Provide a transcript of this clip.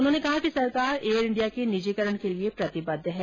उन्होंने कहा कि सरकार एयर इंडिया के निजीकरण के लिए प्रतिबद्ध है